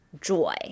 joy